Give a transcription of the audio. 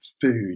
food